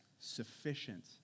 sufficient